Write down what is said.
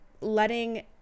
letting